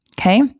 Okay